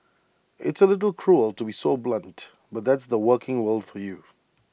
it's A little cruel to be so blunt but that's the working world for you